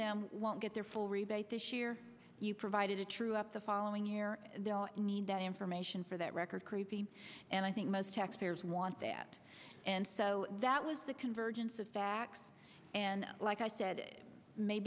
them won't get their full rebate this year you provided a true up the following year they don't need that information for that record creepy and i think most taxpayers want that and so that was the convergence of facts and like i said it may